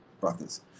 brothers